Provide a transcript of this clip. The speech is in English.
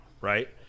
right